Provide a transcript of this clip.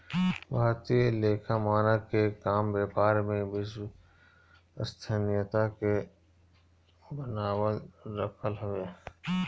भारतीय लेखा मानक के काम व्यापार में विश्वसनीयता के बनावल रखल हवे